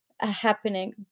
happening